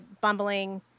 bumbling